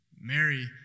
Mary